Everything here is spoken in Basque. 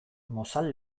mozal